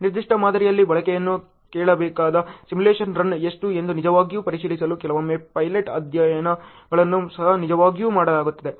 ನಿರ್ದಿಷ್ಟ ಮಾದರಿಯಲ್ಲಿ ಬಳಕೆಯನ್ನು ಕೇಳಬೇಕಾದ ಸಿಮ್ಯುಲೇಶನ್ ರನ್ ಎಷ್ಟು ಎಂದು ನಿಜವಾಗಿಯೂ ಪರೀಕ್ಷಿಸಲು ಕೆಲವೊಮ್ಮೆ ಪೈಲಟ್ ಅಧ್ಯಯನಗಳನ್ನು ಸಹ ನಿಜವಾಗಿಯೂ ಮಾಡಲಾಗುತ್ತದೆ